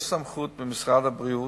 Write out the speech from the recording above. למשרד הבריאות,